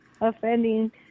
offending